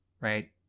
right